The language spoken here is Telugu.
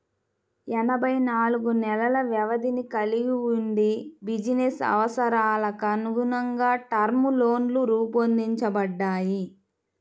ఎనభై నాలుగు నెలల వ్యవధిని కలిగి వుండి బిజినెస్ అవసరాలకనుగుణంగా టర్మ్ లోన్లు రూపొందించబడ్డాయి